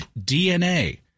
DNA